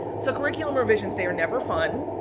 so, curriculum revisions, they are never fun.